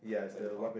like the pump